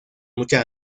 mucha